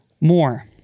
more